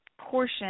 portion